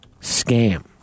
scam